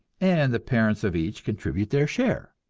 and the parents of each contribute their share?